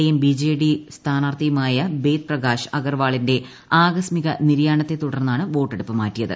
A യും ബിജെഡി സ്ഥാനാർത്ഥിയുമായ ബേദ് പ്രകാശ് അഗർവാളിന്റെ ആകസ്മിക നിര്യാണത്തെ തുടർന്നാണ് വോട്ടെടുപ്പ് മാറ്റിയത്